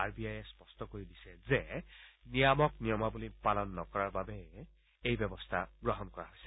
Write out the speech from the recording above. R B আইয়ে স্পষ্ট কৰি দিছে যে নিয়ামক নিয়মাৰলী পালন নকৰাৰ বাবেই এই ব্যৱস্থা গ্ৰহণ কৰা হৈছে